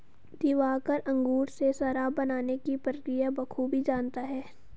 दिवाकर अंगूर से शराब बनाने की प्रक्रिया बखूबी जानता है